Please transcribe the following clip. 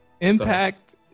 Impact